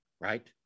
right